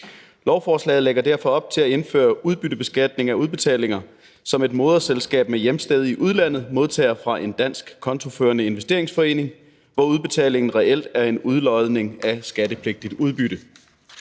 Lovforslaget lægger derfor op til at indføre udbyttebeskatning af udbetalinger, som et moderselskab med hjemsted i udlandet modtager fra en dansk kontoførende investeringsforening, hvor udbetalingen reelt er en udlodning af skattepligtigt udbytte.